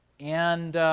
and